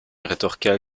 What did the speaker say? rétorqua